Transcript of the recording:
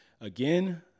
Again